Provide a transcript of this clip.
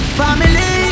family